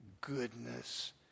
goodness